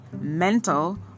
mental